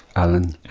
alan.